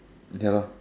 ya lor